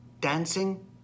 dancing